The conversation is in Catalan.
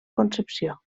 concepció